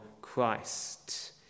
Christ